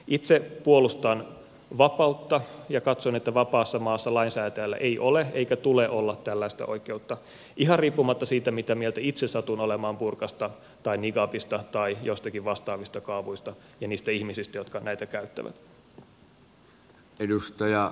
itse puolustan vapautta ja katson että vapaassa maassa lainsäätäjällä ei ole eikä tule olla tällaista oikeutta ihan riippumatta siitä mitä mieltä itse satun olemaan burkasta ja niqabista tai joistakin vastaavista kaavuista ja niistä ihmisistä jotka näitä käyttävät